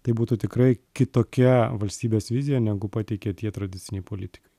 tai būtų tikrai kitokia valstybės vizija negu pateikė tie tradiciniai politikai